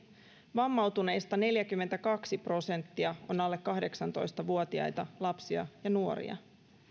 vammautuneista neljäkymmentäkaksi prosenttia on alle kahdeksantoista vuotiaita lapsia ja nuoria